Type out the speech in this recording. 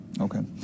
Okay